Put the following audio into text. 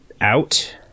out